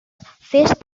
fes